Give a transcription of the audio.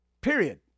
Period